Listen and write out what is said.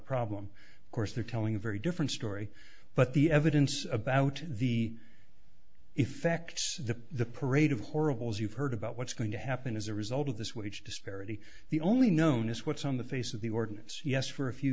problem of course they're telling a very different story but the evidence about the effect the parade of horribles you've heard about what's going to happen as a result of this wage disparity the only known us what's on the face of the ordinance yes for a few